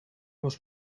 was